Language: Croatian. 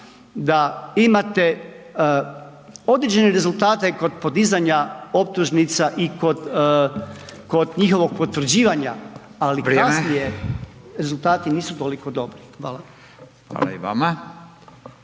da imate određene rezultate kod podizanja optužnica i kod, kod njihovog potvrđivanja, ali …/Upadica: Vrijeme/…kasnije rezultati nisu toliko dobri. Hvala. **Radin,